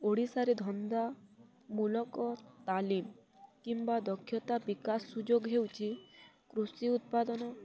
ଓଡ଼ିଶାରେ ଧନ୍ଦାମୂଳକ ତାଲିମ କିମ୍ବା ଦକ୍ଷତା ବିକାଶ ସୁଯୋଗ ହେଉଛି କୃଷି ଉତ୍ପାଦନ